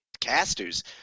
casters